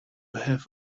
have